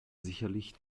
sicherlich